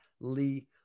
Lee